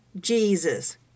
Jesus